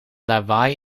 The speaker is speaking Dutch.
lawaai